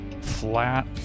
flat-